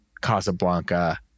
Casablanca